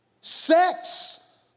sex